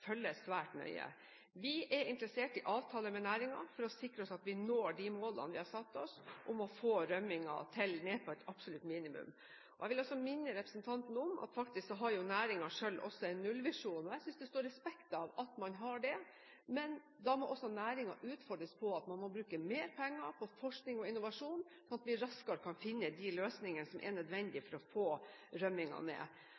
svært nøye. Vi er interessert i avtaler med næringen for å sikre oss at vi når de målene vi har satt oss om å få rømmingen ned på et absolutt minimum. Jeg vil også minne representanten om at næringen selv faktisk har en nullvisjon. Jeg synes det står respekt av at man har det, men da må også næringen utfordres på at man må bruke mer penger på forskning og innovasjon, sånn at vi raskere kan finne de løsningene som er nødvendige for å få rømmingen ned.